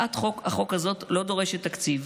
הצעת החוק הזאת לא דורשת תקציב,